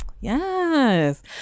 yes